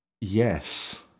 Yes